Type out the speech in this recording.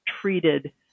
treated